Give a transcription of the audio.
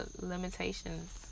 limitations